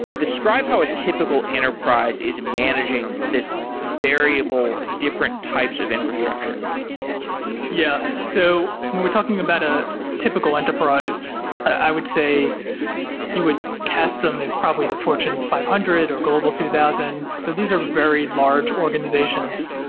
describe how a typical enterprise is managing this variable different types of infrastructure yeah. so when we're talking about a typical enterprise, i would say you would cast them as probably the fortune five hundred, or global two thousand. so these are very large organizations.